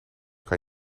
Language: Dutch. kan